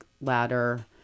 ladder